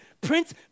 Prince